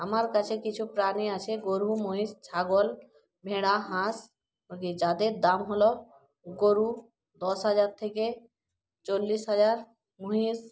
আমার কাছে কিছু প্রাণী আছে গরু মহিষ ছাগল ভেড়া হাঁস যাদের দাম হল গরু দশ হাজার থেকে চল্লিশ হাজার মহিষ